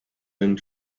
and